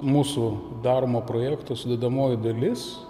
mūsų daromo projekto sudedamoji dalis